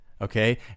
okay